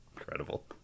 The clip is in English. Incredible